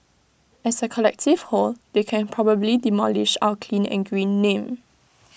as A collective whole they can probably demolish our clean and green name